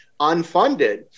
unfunded